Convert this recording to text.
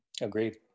Agreed